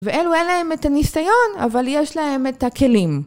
ואלו אין להם את הניסיון, אבל יש להם את הכלים.